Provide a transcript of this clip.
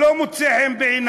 הוא לא מוצא חן בעיניו.